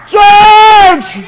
George